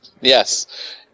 Yes